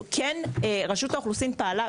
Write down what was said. רשות האוכלוסין פעלה,